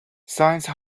science